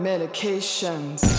Medications